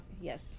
yes